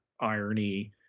irony